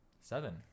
Seven